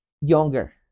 younger